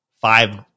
five